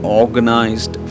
organized